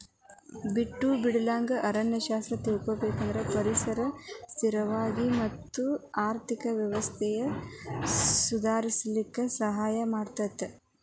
ಬಿಟ್ಟು ಬಿಡಲಂಗ ಅರಣ್ಯ ಶಾಸ್ತ್ರ ತಿಳಕೊಳುದ್ರಿಂದ ಪರಿಸರನ ಸ್ಥಿರವಾಗಿ ಮತ್ತ ಆರ್ಥಿಕ ವ್ಯವಸ್ಥೆನ ಸುಧಾರಿಸಲಿಕ ಸಹಾಯ ಮಾಡತೇತಿ